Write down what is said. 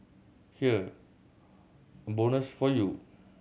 here a bonus for you